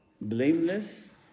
blameless